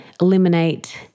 eliminate